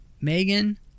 Megan